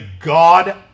god